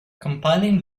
compiling